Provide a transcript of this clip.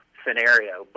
scenario